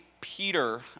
Peter